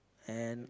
and